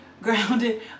grounded